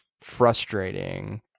frustrating